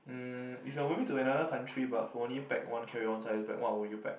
mm if you moving to another country but only pack one carry on size bag what would you pack